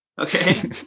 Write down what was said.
okay